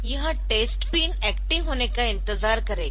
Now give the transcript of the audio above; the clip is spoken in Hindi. यह टेस्ट पिन एक्टिव होने का इंतजार करेगा